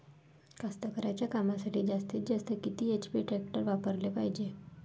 कास्तकारीच्या कामासाठी जास्तीत जास्त किती एच.पी टॅक्टर वापराले पायजे?